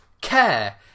care